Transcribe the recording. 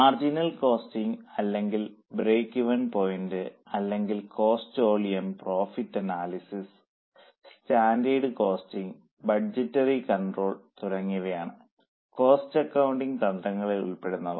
marginal costing അല്ലെങ്കിൽ break even point അല്ലെങ്കിൽ cost volume profit analysis standard costing budgetary control തുടങ്ങിയവയാണ് cost accounting തന്ത്രങ്ങളിൽ ഉൾപ്പെടുന്നവ